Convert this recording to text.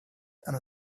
and